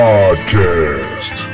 Podcast